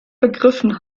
vergriffen